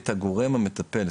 יהיה את הגורם המטפל,